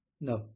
No